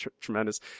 Tremendous